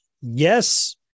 yes